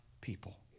people